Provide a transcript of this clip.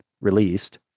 released